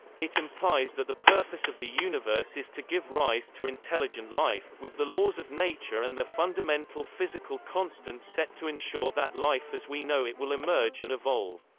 it implies that the purpose of the universe is to give rise to intelligent life, with the laws of nature and their fundamental physical constants set to ensure that life as we know it will emerge and evolve.